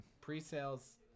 Pre-sales